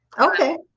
Okay